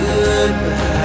Goodbye